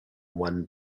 one